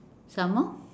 some more